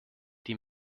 die